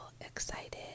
excited